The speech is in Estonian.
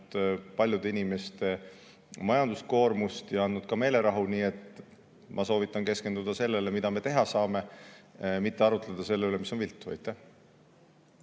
paljude inimeste majanduslikku koormust ja andnud ka meelerahu. Nii et ma soovitan keskenduda sellele, mida me teha saame, mitte arutleda selle üle, mis on viltu. Mihhail